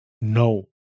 no